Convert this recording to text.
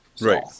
Right